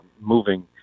moving